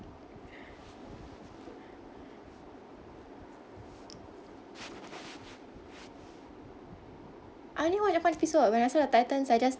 I only watch one episodes when I see the titans I just